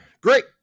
Great